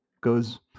goes